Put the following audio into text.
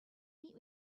meet